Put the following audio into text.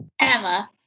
Emma